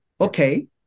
Okay